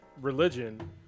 religion